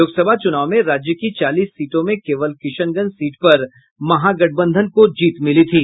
लोकसभा चुनाव में राज्य की चालीस सीटों में केवल किशनगंज सीट पर महागठबंधन को जीत मिली थी